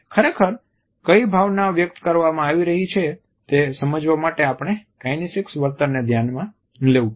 ખરેખર કઈ ભાવના વ્યક્ત કરવામાં આવી રહી છે તે સમજવા માટે આપણે કાઈનેસીક્સ વર્તનને ધ્યાનમા લેવું પડે